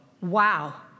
Wow